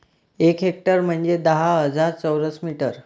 एक हेक्टर म्हंजे दहा हजार चौरस मीटर